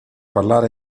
parlare